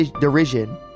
derision